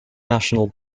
national